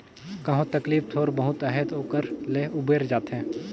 कहो तकलीफ थोर बहुत अहे ओकर ले उबेर जाथे